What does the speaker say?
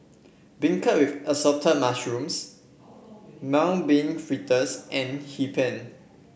beancurd with Assorted Mushrooms Mung Bean Fritters and Hee Pan